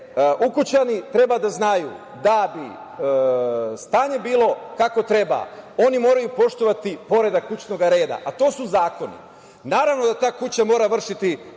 ukućani treba da znaju da bi stanje bilo kako treba, oni moraju poštovati poredak kućnog reda, a to su zakoni. Naravno, da ta kuća mora vršiti